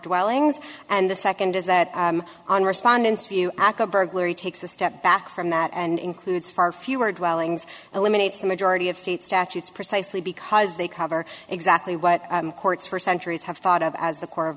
dwellings and the second is that on respondents view aca burglary takes a step back from that and includes far fewer dwellings eliminates the majority of state statutes precisely because they cover exactly what courts for centuries thought of as the core of